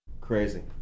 Crazy